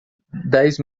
dez